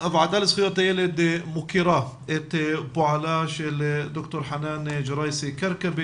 הוועדה לזכויות הילד מוקירה את פועלה של ד"ר חנאן ג'ראייסי-כרכבי